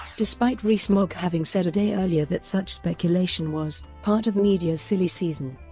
despite rees-mogg having said a day earlier that such speculation was part of media's silly season.